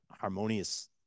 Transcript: harmonious